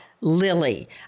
Lily